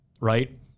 Right